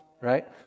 right